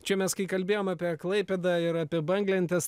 čia mes kai kalbėjom apie klaipėdą ir apie banglentes